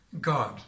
God